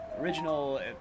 original